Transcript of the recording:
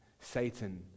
satan